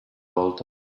oldu